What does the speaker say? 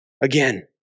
again